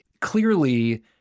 clearly